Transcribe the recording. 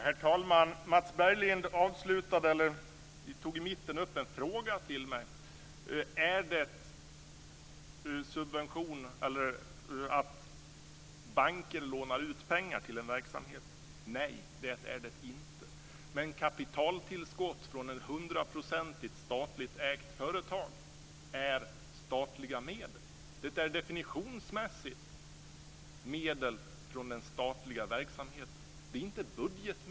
Herr talman! Mats Berglind frågade mig om det är en subvention att banken lånar ut pengar till en verksamhet? Nej, det är det inte. Men kapitaltillskott från ett hundraprocentigt statligt ägt företag är statliga medel. Definitionsmässigt är det medel från den statliga verksamheten. Det är inte budgetmedel.